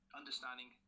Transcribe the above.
understanding